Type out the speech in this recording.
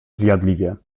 zjadliwie